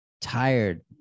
tired